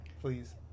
Please